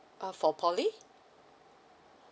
uh for poly